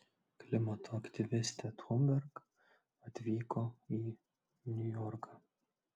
klimato aktyvistė thunberg atvyko į niujorką